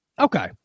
Okay